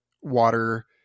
water